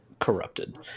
corrupted